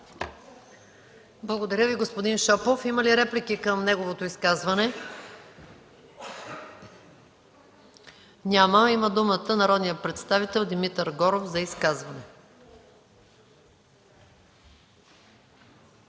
Благодаря Ви, господин Шопов. Има ли реплики към неговото изказване? Няма. Има думата народният представител Димитър Горов за изказване.